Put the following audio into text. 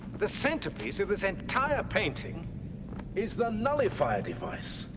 the centerpiece of this entire painting is the nullifier device.